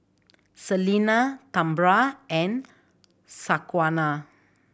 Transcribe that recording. Salina Tambra and Shaquana